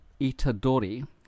Itadori